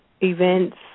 events